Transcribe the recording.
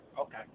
Okay